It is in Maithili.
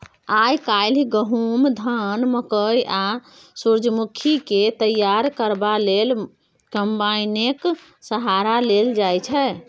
आइ काल्हि गहुम, धान, मकय आ सूरजमुखीकेँ तैयार करबा लेल कंबाइनेक सहारा लेल जाइ छै